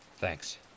Thanks